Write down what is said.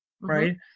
Right